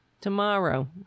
Tomorrow